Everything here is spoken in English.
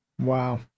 Wow